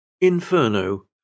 Inferno